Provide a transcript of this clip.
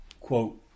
quote